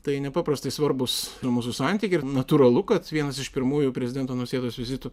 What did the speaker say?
tai nepaprastai svarbus mūsų santykiai ir natūralu kad vienas iš pirmųjų prezidento nausėdos vizitų